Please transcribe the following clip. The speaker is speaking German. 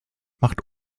macht